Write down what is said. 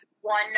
one